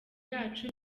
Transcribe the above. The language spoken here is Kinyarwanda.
yacu